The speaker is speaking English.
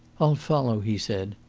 i'll follow, he said,